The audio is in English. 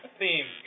theme